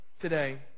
Today